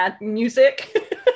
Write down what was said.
music